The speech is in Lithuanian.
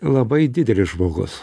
labai didelis žmogus